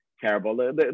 terrible